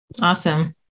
Awesome